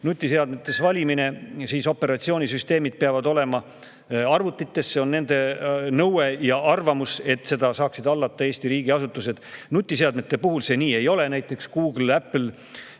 inimesed ütlesid, operatsioonisüsteemid peavad olema arvutites, see on nende nõue ja arvamus, et neid saaksid hallata Eesti riigiasutused. Nutiseadmete puhul see nii ei ole. Näiteks Google, Apple